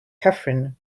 catherine